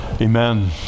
Amen